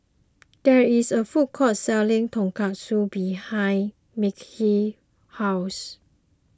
there is a food court selling Tonkatsu behind Mekhi's house